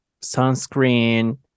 sunscreen